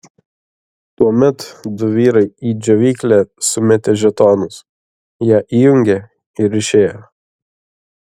tuomet du vyrai į džiovyklę sumetė žetonus ją įjungė ir išėjo